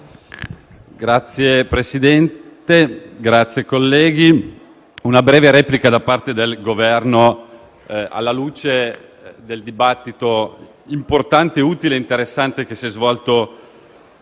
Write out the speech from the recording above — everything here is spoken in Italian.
Signor Presidente, colleghi, una breve replica da parte del Governo alla luce del dibattito importante, utile ed interessante che si è svolto